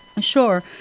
Sure